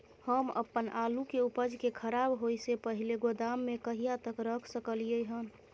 हम अपन आलू के उपज के खराब होय से पहिले गोदाम में कहिया तक रख सकलियै हन?